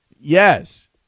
Yes